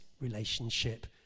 relationship